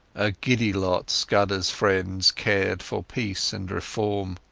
a giddy lot scudderas friends cared for peace and reform.